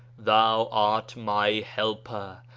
thou art my helper,